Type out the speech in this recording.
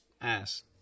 ass